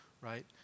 right